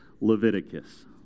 Leviticus